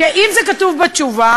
כי אם זה כתוב בתשובה,